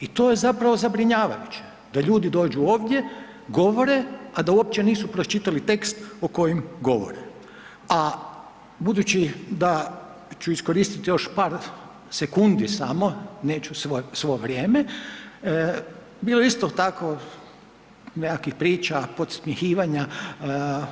I to je zapravo zabrinjavajuće da ljudi dođu ovdje, govore, a da uopće nisu pročitali tekst o kojim govore, a budući da ću iskoristiti još par sekundi samo, neću svo vrijeme, bilo je isto tako nekakvih priča, podsmjehivanja